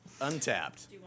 Untapped